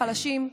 חלשים,